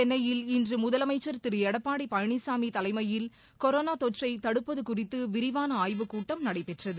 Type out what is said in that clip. சென்னையில் இன்றுமுதலமைச்ச் திருளடப்பாடிபழனிசாமிதலைமையில் கொரோனாதொற்றைதடுப்பதுகுறித்துவிரிவானஆய்வுக் கூட்டம் நடைபெற்றது